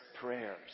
prayers